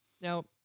Now